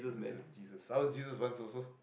Jesus I was Jesus once also